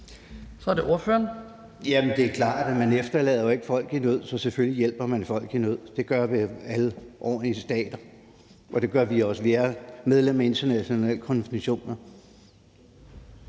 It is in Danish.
10:12 Jan Carlsen (M): Det er klart, at man ikke efterlader folk i nød. Så selvfølgelig hjælper man folk i nød. Det gør alle ordentlige stater, og det gør vi også. Vi er medlem af internationale konventioner.